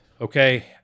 okay